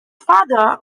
father